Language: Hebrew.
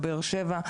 בבאר-שבע,